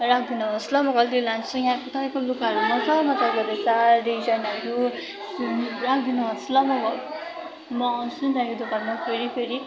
राखिदिनुहोस् ल म कहिँलेतिर लान्छु यहाँ तपाईँको लुगाहरू मजा मजाको रहेछ डिजनहरू राखिदिनुहोस् ल म आउँछु नि तपाईँको दोकानमा फेरि फेरि